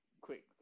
quick